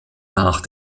nach